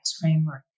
framework